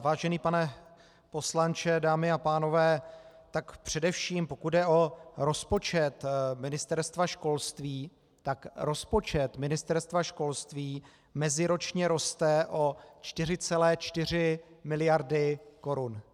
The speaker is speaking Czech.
Vážený pane poslanče, dámy a pánové, tak především pokud jde o rozpočet Ministerstva školství, tak rozpočet Ministerstva školství meziročně roste o 4,4 miliardy korun.